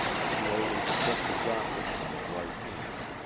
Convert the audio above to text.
slowly stripped the gauntlet from his right hand,